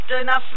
enough